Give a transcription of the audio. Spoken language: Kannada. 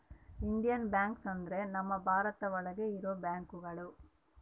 ಇಂಡಿಯನ್ ಬ್ಯಾಂಕ್ಸ್ ಅಂದ್ರ ನಮ್ ಭಾರತ ಒಳಗ ಇರೋ ಬ್ಯಾಂಕ್ಗಳು